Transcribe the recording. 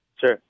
Sure